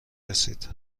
رسید